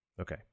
Okay